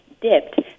dipped